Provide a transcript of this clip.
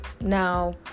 now